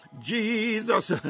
Jesus